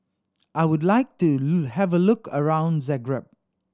I would like to have a look around Zagreb